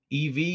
EV